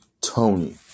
Tony